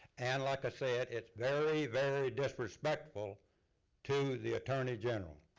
and like i said, it's very, very disrespectful to the attorney general.